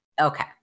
Okay